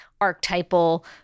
archetypal